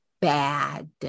bad